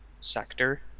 sector